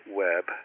web